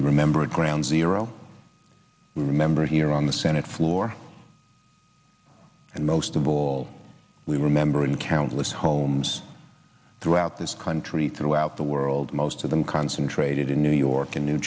remember ground zero we remember here on the senate floor and most of all we remember in countless homes throughout this country throughout the world most of them concentrated in new york in new